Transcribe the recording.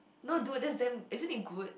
no dude that's damn isn't it good